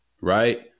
right